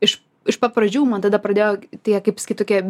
iš iš pat pradžių man tada pradėjo tie kaip sakyt tokie